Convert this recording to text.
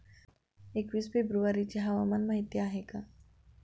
एकवीस फेब्रुवारीची हवामान माहिती आहे का?